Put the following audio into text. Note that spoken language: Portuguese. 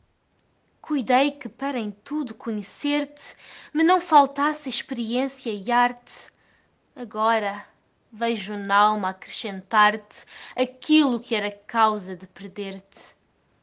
converte cuidei que para em tudo conhecer te me não faltasse experiência e arte agora vejo n'alma acrecentar te aquilo que era causa de perder